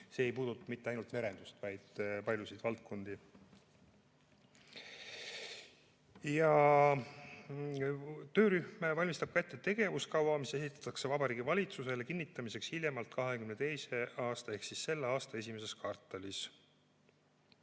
see ei puuduta mitte ainult merendust, vaid paljusid valdkondi. See töörühm valmistab ette tegevuskava, mis esitatakse Vabariigi Valitsusele kinnitamiseks hiljemalt 2022. aasta ehk selle aasta esimeses kvartalis.